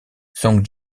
song